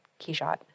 Keyshot